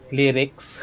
lyrics